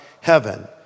heaven